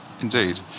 indeed